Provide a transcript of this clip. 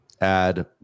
add